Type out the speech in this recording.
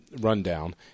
rundown